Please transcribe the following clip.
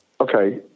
okay